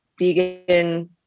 Deegan